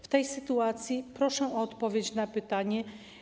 W tej sytuacji proszę o odpowiedź na pytanie: